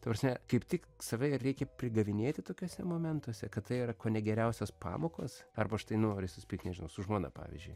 ta prasme kaip tik save ir reikia prigavinėti tokiuose momentuose kad tai yra kone geriausios pamokos arba štai nu ar susipykai nežinau su žmona pavyzdžiui